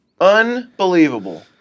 Unbelievable